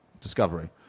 discovery